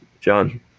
John